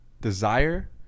desire